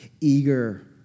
eager